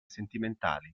sentimentali